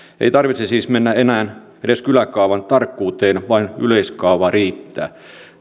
ei siis tarvitse mennä enää edes kyläkaavan tarkkuuteen vaan yleiskaava riittää